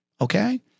okay